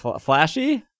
flashy